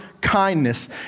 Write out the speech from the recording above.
kindness